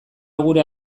gure